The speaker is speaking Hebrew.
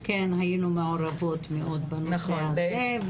גם כן היינו מעורבות מאוד בנושא הזה,